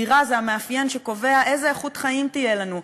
דירה זה המאפיין שקובע איזו איכות חיים תהיה לנו,